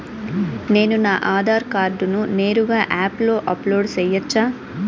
నేను నా ఆధార్ కార్డును నేరుగా యాప్ లో అప్లోడ్ సేయొచ్చా?